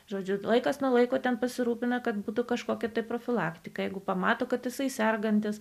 žodžiu laikas nuo laiko ten pasirūpina kad būtų kažkokį tai profilaktiką jeigu pamato kad jisai sergantis